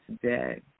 today